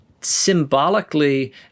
symbolically